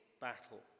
battle